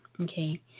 Okay